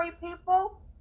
people